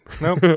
Nope